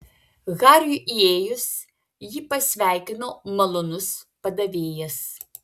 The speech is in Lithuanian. hariui įėjus jį pasveikino malonus padavėjas